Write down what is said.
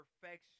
perfection